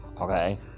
okay